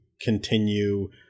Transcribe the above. continue